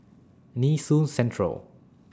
Nee Soon Central